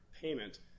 payment